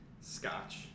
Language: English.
Scotch